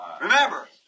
Remember